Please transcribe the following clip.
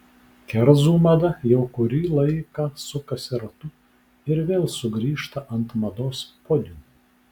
kerzų mada jau kurį laiką sukasi ratu ir vėl sugrįžta ant mados podiumų